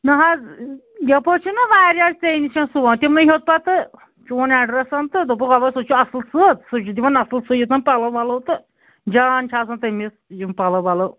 نہَ حظ یَپٲرۍ چھُنہ واریاہ ژےٚ نِش سُون تِمنٕے ہیوٚت پَتہٕ چون ایٚڈرس تہٕ دوٚپو اَوا سُہ چھُ اَصٕل سٕژھ سُہ چھُ دِون اَصٕل سوٗوِتھ پَلو تہٕ جان چھِ آسان تٔمِس یِم پَلو وَلو